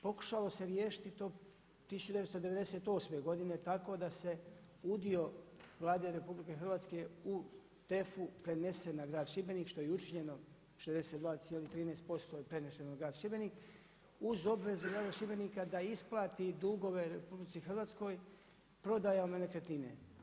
Pokušalo se riješiti to 1998. godine tako da se udio Vlade RH u TEF-u prenese na grad Šibenik što je i učinjeno 62,13% je preneseno u grad Šibenik uz obvezu grada Šibenika da isplati dugove RH prodajom nekretnine.